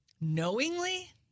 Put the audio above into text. Knowingly